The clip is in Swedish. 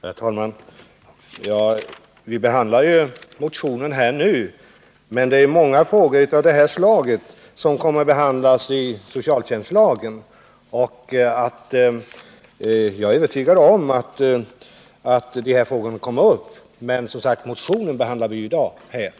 Herr talman! Vi behandlar ju denna motion nu. Men det är många frågor av detta slag som kommer att behandlas i socialtjänstlagen, och jag är övertygad om att även dessa frågor kommer upp. Men motionen behandlar vi som sagt här i dag.